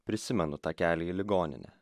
prisimenu takelį į ligoninę